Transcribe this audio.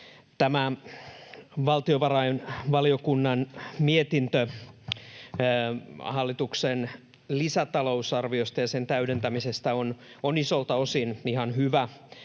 Tämä valtiovarainvaliokunnan mietintö hallituksen lisäta-lousarviosta ja sen täydentämisestä on isolta osin ihan hyvä